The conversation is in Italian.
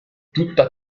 tutta